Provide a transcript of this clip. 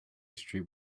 street